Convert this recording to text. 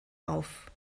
auf